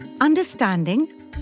understanding